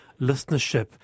listenership